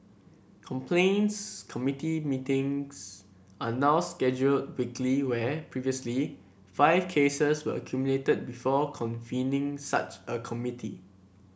complaints committee meetings are now scheduled weekly where previously five cases were accumulated before convening such a committee